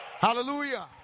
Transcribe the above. Hallelujah